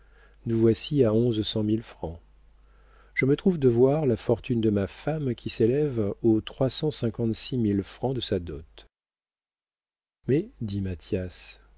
nous voici à onze cent mille francs je me trouve devoir la fortune de ma femme qui s'élève aux trois cent cinquante-six mille francs de sa dot mais dit mathias